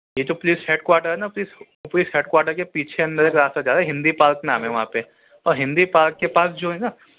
یہ جو police headquarter ہے نا پولیس ہیڈ کواٹر کے پیچھے اندر ایک راستہ جا رہا ہے ہندی پارک نام ہے وہاں پہ اور ہندی پارک کے پاس جو ہے نا